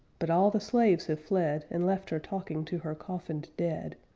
but all the slaves have fled and left her talking to her coffined dead,